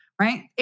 right